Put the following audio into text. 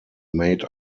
made